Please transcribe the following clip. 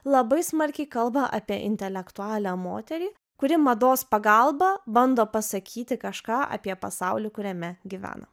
labai smarkiai kalba apie intelektualią moterį kuri mados pagalba bando pasakyti kažką apie pasaulį kuriame gyvena